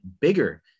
bigger